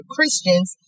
Christians